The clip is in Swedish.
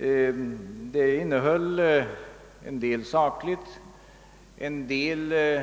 Innehållet var till en del sakligt, till en del innehöll det